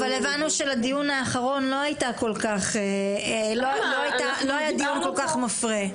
אבל הבנו שלדיון האחרון לא היה דיון כל כך מפרה.